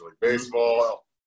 baseball